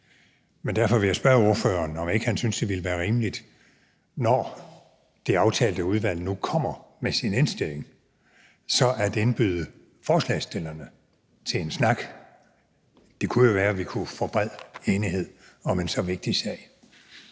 men derfor vil jeg spørge ordføreren, om ikke han synes, det ville være rimeligt, når det aftalte udvalg nu kommer med sin indstilling, så at indbyde forslagsstillerne til en snak. Det kunne jo være, vi kunne få bred enighed om en så vigtig sag.